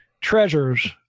treasures